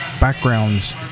backgrounds